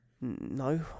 No